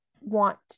want